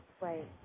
Right